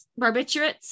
barbiturates